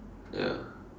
ya